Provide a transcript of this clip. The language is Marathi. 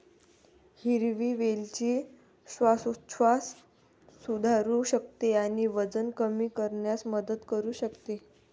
हिरवी वेलची श्वासोच्छवास सुधारू शकते आणि वजन कमी करण्यास मदत करू शकते